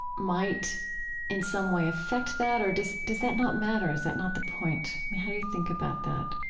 might in some way affect that or does does that not matter? is that not the point? how do you think about that?